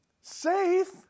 Safe